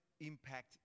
impact